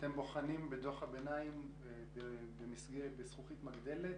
אתם בוחנים בדוח הביניים בזכוכית מגדלת